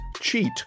Cheat